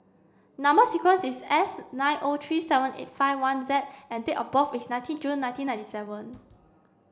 number sequence is S nine O three seven eight five one Z and date of birth is nineteen June nineteen ninety seven